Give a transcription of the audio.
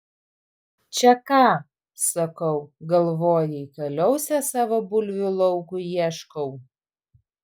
čia ką sakau galvojai kaliausės savo bulvių laukui ieškau